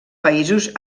països